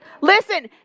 listen